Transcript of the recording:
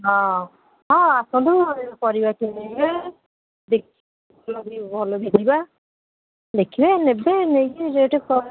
ହଁ ହଁ ଆସନ୍ତୁ ପରିବା କିଣିବେ ଭଲ ବି ଯିବା ଦେଖିବେ ନେବେ ନେଇକି ରେଟ୍